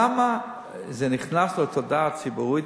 למה זה נכנס לתודעה הציבורית,